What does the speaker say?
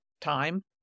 time